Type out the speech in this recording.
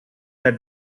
let